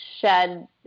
shed